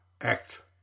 ACT